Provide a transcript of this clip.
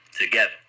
together